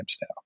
now